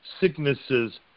sicknesses